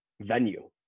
venue